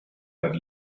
that